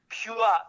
pure